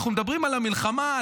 אנחנו מדברים על המלחמה,